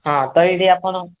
ହଁ ତ ଏଇଠି ଆପଣ